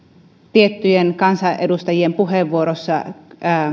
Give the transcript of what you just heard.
tiettyjen kansanedustajien puheenvuoroissa